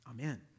Amen